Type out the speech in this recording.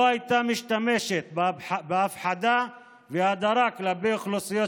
לא הייתה משתמשת בהפחדה ובהדרה כלפי אוכלוסיות